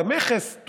מכס,